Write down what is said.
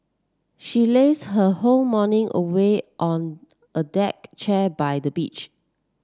she lazed her whole morning away on a deck chair by the beach